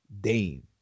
Dame